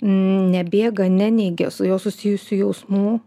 nebėga neneigia su juo susijusių jausmų